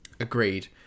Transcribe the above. Agreed